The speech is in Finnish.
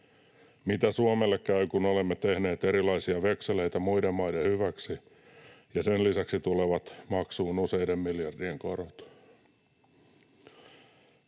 Mitä Suomelle käy, kun olemme tehneet erilaisia vekseleitä muiden maiden hyväksi, ja sen lisäksi tulevat maksuun useiden miljardien korot?